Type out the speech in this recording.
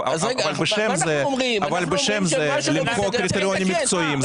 אבל בשם זה למחוק קריטריונים מקצועיים,